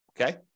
okay